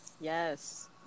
yes